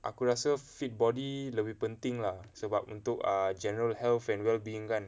aku rasa fit body lebih penting lah sebab untuk err general health and well-being kan